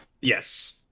Yes